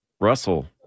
Russell